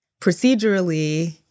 Procedurally